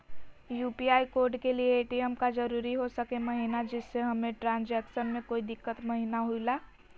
UPI code के लिए ATM का जरूरी हो सके महिना जिससे हमें ट्रांजैक्शन में कोई दिक्कत महिना हुई ला?